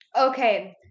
Okay